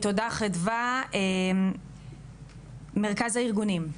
תודה חדוה, מרכז הארגונים,